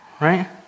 Right